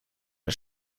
een